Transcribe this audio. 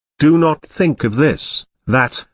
do not think of this, that,